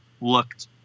looked